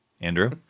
Andrew